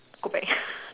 go back